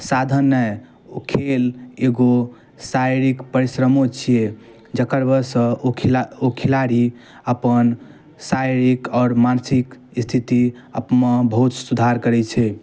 साधन नहि ओ खेल एगो शारीरिक परिश्रमो छिए जकर वजहसँ ओ खिला ओ खेलाड़ी अपन शारीरिक आओर मानसिक स्थितिमे बहुत सुधार करै छै